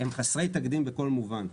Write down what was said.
הם חסרי תקדים בכל מובן.